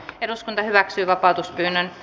eduskunta hyväksyi vapautuspyynnön